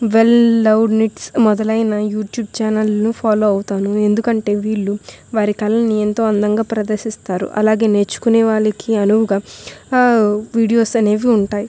well loved knits మొదలైన YouTube ఛానల్ను follow అవుతాను ఎందుకంటే వీళ్ళు వారి కళలని ఎంతో అందంగా ప్రదర్శిస్తారు అలాగే నేర్చుకునే వాళ్ళకి అనువుగా వీడియోస్ అనేవి ఉంటాయి